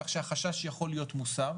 כך שהחשש יכול להיות מוסר,